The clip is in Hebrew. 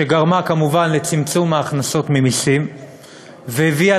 שגרמה כמובן לצמצום ההכנסות ממסים והביאה